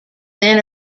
then